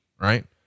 right